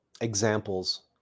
examples